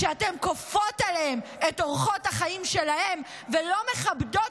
כשאתן כופות עליהן את אורחות החיים שלכן ולא מכבדות